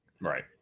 right